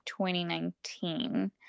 2019